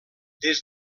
des